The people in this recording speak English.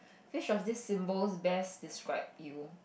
which of these symbols best describe you